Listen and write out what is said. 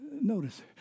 Notice